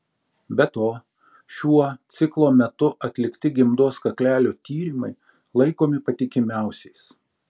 be to šiuo ciklo metu atlikti gimdos kaklelio tyrimai laikomi patikimiausiais